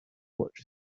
watch